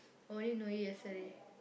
only know it yesterday